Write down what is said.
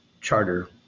charter